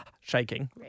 shaking